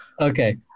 Okay